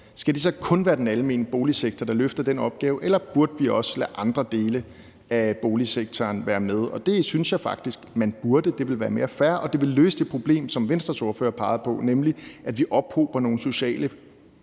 skal det så kun være den almene boligsektor, der løfter den opgave, eller burde vi også lade andre dele af boligsektoren være med? Det synes jeg faktisk de burde, for det ville være mere fair, og det ville løse det problem, som Venstres ordfører pegede på, nemlig at vi ophober nogle sociale